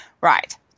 Right